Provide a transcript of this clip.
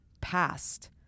past